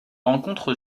rencontre